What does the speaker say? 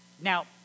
Now